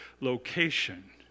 location